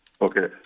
Okay